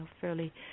fairly